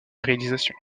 réalisations